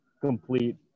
complete